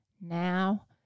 Now